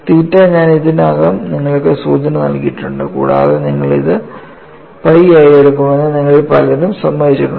തീറ്റ ഞാൻ ഇതിനകം നിങ്ങൾക്ക് സൂചന നൽകിയിട്ടുണ്ട് കൂടാതെ നിങ്ങൾ ഇത് പൈ ആയി എടുക്കുമെന്ന് നിങ്ങളിൽ പലരും സമ്മതിച്ചിട്ടുണ്ട്